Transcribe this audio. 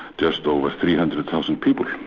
just over three hundred thousand people.